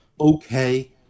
okay